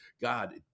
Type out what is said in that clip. God